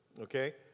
Okay